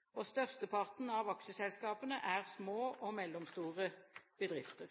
næringsdrivende. Størsteparten av aksjeselskapene er små og mellomstore bedrifter.